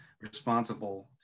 responsible